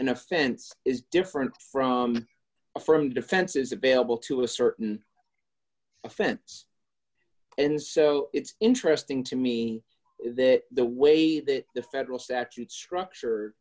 offense is different from a firm defenses available to a certain offense and so it's interesting to me that the way that the federal statute structure